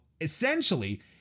essentially